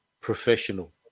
professional